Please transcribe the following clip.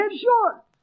Sure